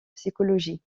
psychologie